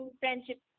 friendship